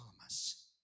Thomas